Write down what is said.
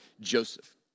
Joseph